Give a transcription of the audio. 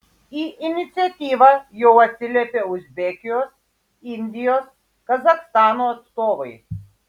į iniciatyvą jau atsiliepė uzbekijos indijos kazachstano atstovai